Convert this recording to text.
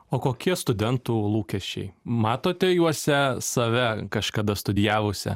o kokie studentų lūkesčiai matote juose save kažkada studijavusią